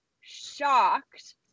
shocked